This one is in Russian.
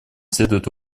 следует